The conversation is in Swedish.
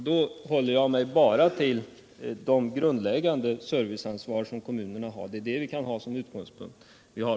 Då håller jag mig bara till det grundläggande serviceansvar som kommunerna har — det är det vi kan ha som utgångspunkt.